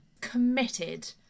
committed